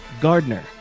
Gardner